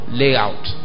layout